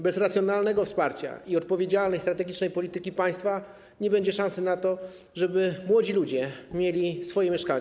Bez racjonalnego wsparcia i odpowiedzialnej strategicznej polityki państwa nie będzie szansy na to, żeby młodzi ludzie mieli swoje mieszkanie.